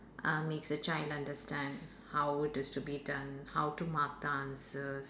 uh makes me trying understand how would it's to be done how to mark the answers